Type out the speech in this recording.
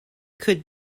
could